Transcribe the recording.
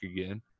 again